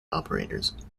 operators